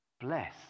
Bless